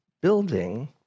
building